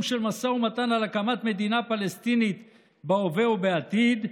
של משא ומתן על הקמת מדינה פלסטינית בהווה ובעתיד,